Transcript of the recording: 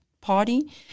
party